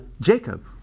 Jacob